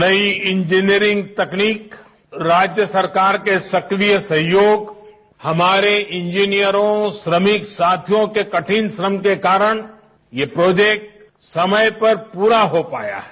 नई इंजीनियरिंग तकनीक राज्य सरकार के सक्रिय सहयोग हमारे इंजीनियरॉ श्रमिक साथियों के कठिन श्रम के कारण ये प्रोजेक्ट समय पर पूरा हो पाया है